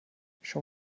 schon